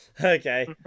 Okay